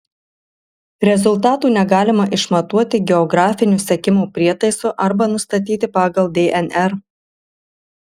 rezultatų negalima išmatuoti geografiniu sekimo prietaisu arba nustatyti pagal dnr